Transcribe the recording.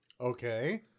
Okay